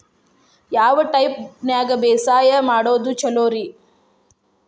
ಯಾವ ಟೈಪ್ ನ್ಯಾಗ ಬ್ಯಾಸಾಯಾ ಮಾಡೊದ್ ಛಲೋರಿ?